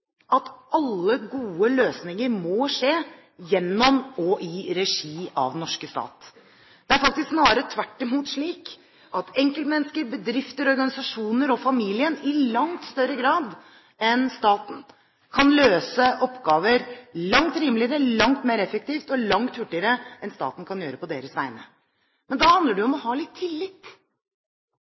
at alle gode løsninger må skje gjennom og i regi av den norske stat. Det er snarere tvert imot slik at enkeltmennesker, bedrifter, organisasjoner og familien i langt større grad kan løse oppgaver langt rimeligere, langt mer effektivt og langt hurtigere enn staten kan gjøre på deres vegne. Men da handler det om å ha litt tillit.